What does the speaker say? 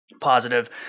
positive